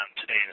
today